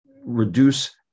reduce